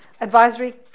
Advisory